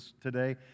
today